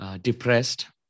depressed